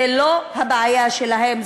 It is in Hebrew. זו לא הבעיה שלהם,